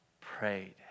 Prayed